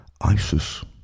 ISIS